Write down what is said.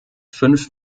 fünf